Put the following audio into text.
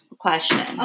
Question